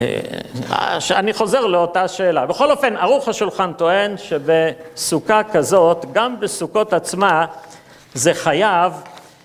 אני חוזר לאותה שאלה, בכל אופן ערוך השולחן טוען שבסוכה כזאת, גם בסוכות עצמה זה חייב